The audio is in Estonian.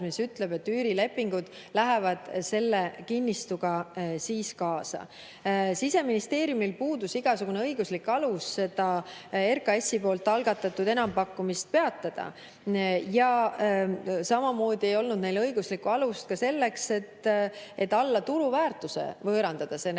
mis ütleb, et üürilepingud lähevad selle kinnistuga kaasa. Siseministeeriumil puudus igasugune õiguslik alus seda RKAS‑i algatatud enampakkumist peatada. Samamoodi ei olnud neil õiguslikku alust ka selleks, et alla turuväärtuse Neeme